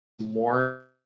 more